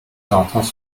rathaus